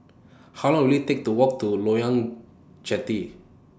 How Long Will IT Take to Walk to Loyang Jetty